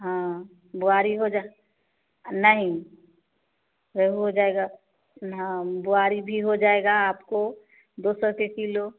हाँ बोआरी हो जा नहीं रोहू हो जाएगा हाँ बोआरी भी हो जाएगा आपको दो सौ के किलो